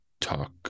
talk